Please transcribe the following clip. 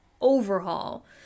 Overhaul